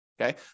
okay